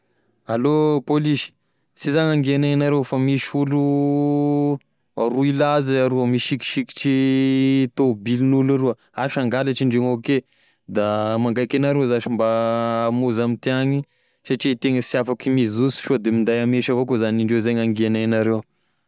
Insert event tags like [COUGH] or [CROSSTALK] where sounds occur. Allô pôlisy sy zany hangianay anareo, fa misy olo [HESITATION] roy lahy zay aroa misikisikitry tôbilin'olo aroa asa angalatry indreo ao ke da mangaiky anareo zash mba hamonzy amintiagny satria itegna sy afaky mizoso sao de minday amesa avao zany indreo zay gn'angianay anareo.